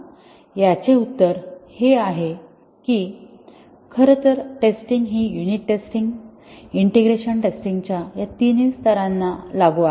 याचे उत्तर हे आहे की खरं तर टेस्टिंग हि युनिट टेस्टिंग इंटिग्रेशन टेस्टिंगच्या या तिन्ही स्तरांना लागू आहे